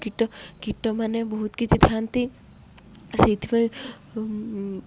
କୀଟ କୀଟମାନେ ବହୁତ କିଛି ଥାଆନ୍ତି ସେଇଥିପାଇଁ